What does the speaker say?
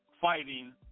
fighting